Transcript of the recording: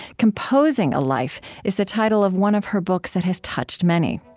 composing a life is the title of one of her books that has touched many.